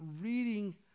reading